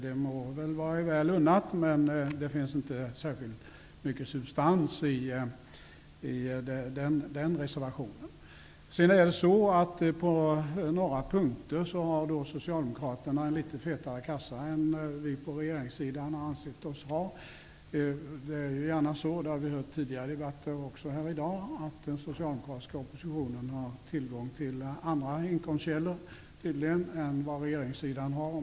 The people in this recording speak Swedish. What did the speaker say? Det må vara er väl unnat, men det finns inte särskilt mycket substans i den reservationen. På några punkter har Socialdemokraterna litet fetare kassa än vad vi på regeringssidan har ansett oss ha. Det är gärna så; vi har hört tidigare och också i debatter här i dag att den socialdemokratiska oppositionen tydligen har tillgång till andra inkomstkällor än vad regeringspartierna har.